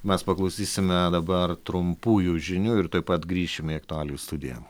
mes paklausysime dabar trumpųjų žinių ir tuoj pat grįšime į aktualijų studiją